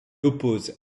oppose